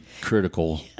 critical